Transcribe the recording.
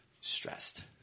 stressed